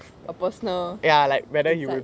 a personal insight